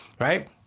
right